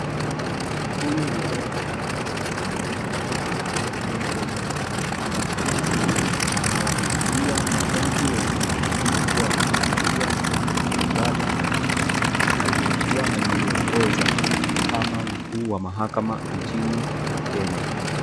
Huyu ni jaji mkuu wa mahakama nchini Kenya Bi. Martha Koome. Anawahutubia majaji wengine waliokuwa wamehudhuria ibada aliyokuwa anaiongoza kama mkuu wa mahakama nchini Kenya.